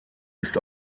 ist